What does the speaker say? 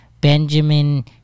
Benjamin